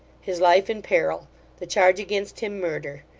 his life in peril the charge against him, murder.